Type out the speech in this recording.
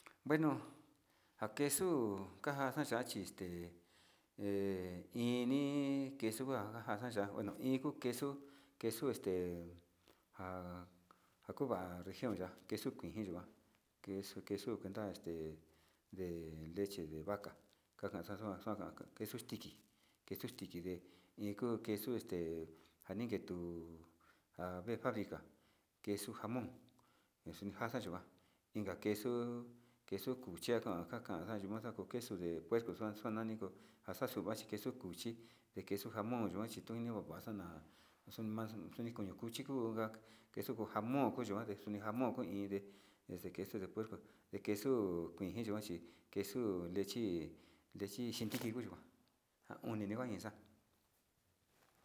Bueno njakexu kanja kaya xhite he ini kexuu kuanja ya'a uu ini queso, que este njakuva región ya'a expin yikua ke queso cuenta este de leche de vaca kanjan xuan kanjan queso tiki queso njikide njakuu queso este aninke tuu njaken fabrica kii jamon ñanukaja yikuan inka queso queso yuchia njaka njakan kuu queso de puerco xuan kunani kuu njakan xukan xuu queso cuchi queso jamon yuxua queso vava xona xo'o mas xeno kuño cuchi kunga que kuu jamón xunduande jamón kuun inde este que se de puerco que konje yikuan chi queso lechi, lechi xhin tiki yikuan nja oni nijuan nixa'a.